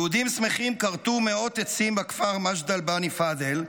יהודים שמחים כרתו מאות עצים בכפר מג'דל בני פדיל,